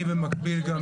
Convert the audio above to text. במקביל,